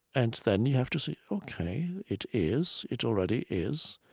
and then you have to say, ok, it is. it already is.